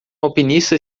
alpinista